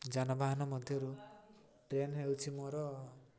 ଯାନବାହାନ ମଧ୍ୟରୁ ଟ୍ରେନ୍ ହେଉଛି ମୋର